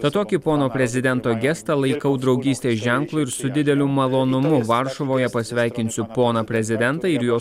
tad tokį pono prezidento gestą laikau draugystės ženklu ir su dideliu malonumu varšuvoje pasveikinsiu poną prezidentą ir jo